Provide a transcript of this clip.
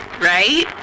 Right